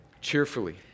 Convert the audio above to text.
cheerfully